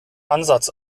ansatz